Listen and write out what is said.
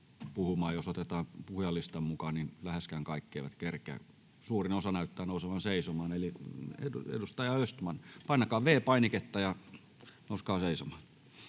puhumaan. Jos otetaan puhujalistan mukaan, niin läheskään kaikki eivät kerkeä. Suurin osa näyttää nousevan seisomaan. — Edustaja Östman, painakaa V-painiketta ja nouskaa seisomaan.